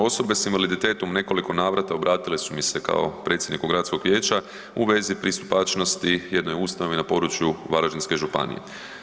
Osobe s invaliditetom u nekoliko navrata obratile su mi se kao predsjedniku gradskog vijeća u vezi pristupačnosti jednoj ustanovi na području Varaždinske županije.